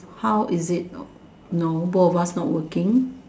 how is it no no both of us not working